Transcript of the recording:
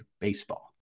Baseball